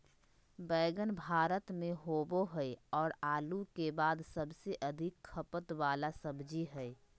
बैंगन भारत में होबो हइ और आलू के बाद सबसे अधिक खपत वाला सब्जी हइ